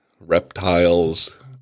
reptiles